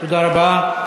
תודה רבה.